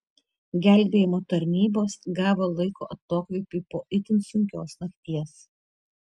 gelbėjimo tarnybos gavo laiko atokvėpiui po itin sunkios nakties